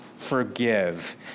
forgive